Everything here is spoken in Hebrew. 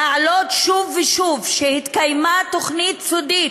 להעלות שוב ושוב שהתקיימה תוכנית סודית,